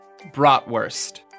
Bratwurst